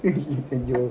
அய்யயோ:aiyayoo